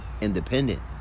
independent